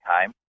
time